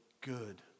good